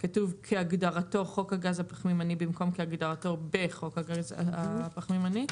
כתוב "כהגדרתו חוק הגז הפחמימני" במקום "כהגדרתו בחוק הגז הפחמימני".